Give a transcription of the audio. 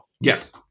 Yes